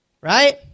right